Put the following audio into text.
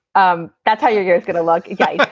um that's how you hear is going to look like.